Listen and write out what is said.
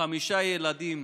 חמישה ילדים